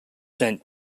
sent